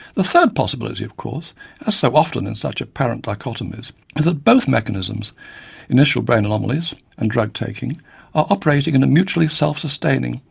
the third possibility, of course, as so often in such apparent dichotomies, is that both mechanisms initial brain anomalies and drug taking are operating in a mutually self sustaining,